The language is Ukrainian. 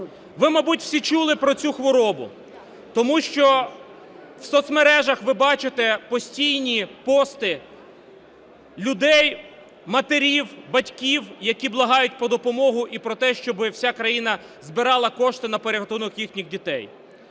Ви, мабуть, всі чули про цю хворобу. Тому що в соцмережах ви бачите постійні пости людей, матерів, батьків, які благають про допомогу і про те, щоб вся країна збирала кошти на порятунок їхніх дітей.